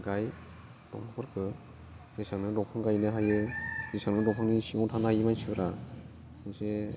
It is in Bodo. गाय दंफांफोरखौ जेसेबांनो दंफां गायनो हायो एसेबांनो दंफांनि सिङाव थानो हायो मानसिफोरा मोनसे